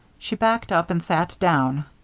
she backed up and sat down,